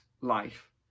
life